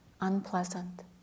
Unpleasant